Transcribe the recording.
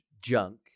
junk